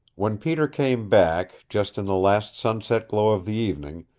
when peter came back, just in the last sunset glow of the evening,